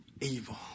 evil